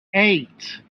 eight